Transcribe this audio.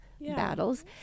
battles